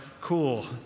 cool